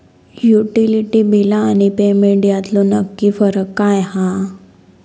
Utility बिला आणि payment यातलो नक्की फरक काय हा?